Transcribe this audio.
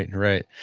and right,